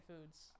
foods